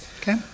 Okay